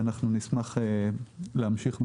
ונשמח להמשיך בכיוון.